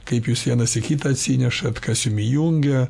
kaip jūs vienas į kitą atsinešat kas jumi jungia